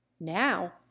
Now